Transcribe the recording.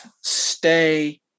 stay